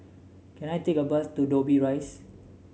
can I take a bus to Dobbie Rise